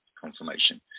confirmation